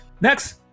Next